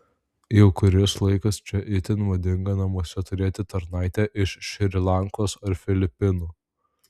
jau kuris laikas čia itin madinga namuose turėti tarnaitę iš šri lankos ar filipinų